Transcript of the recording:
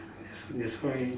that's that's why